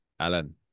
Alan